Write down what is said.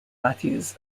mathews